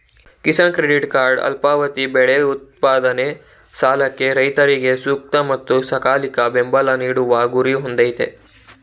Kisan credit card ಅಲ್ಪಾವಧಿ ಬೆಳೆ ಉತ್ಪಾದನೆ ಸಾಲಕ್ಕೆ ರೈತರಿಗೆ ಸೂಕ್ತ ಮತ್ತು ಸಕಾಲಿಕ ಬೆಂಬಲ ನೀಡುವ ಗುರಿ ಹೊಂದಯ್ತೆ